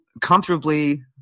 comfortably